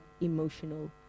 emotional